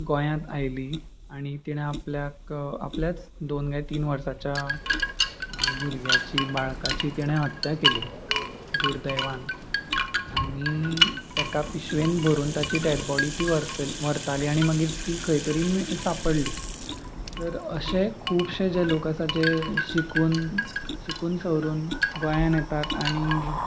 गोंयांत आयली आनी तिणे आपल्याक आपल्याच दोन काय तीन वर्सांच्या भुरग्याची बाळकाची तिणें हत्या केली दुर्दैवान आनी तेका पिशवेन भरून ताची डॅड बॉडी ती व्हरतली व्हरताली आनी मागीर तीं खंय तरी सांपडली तर अशे खुबशे जे लोक आसा जे शिकून शिकून सवरून गोंयान येतात आनी